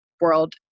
world